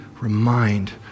remind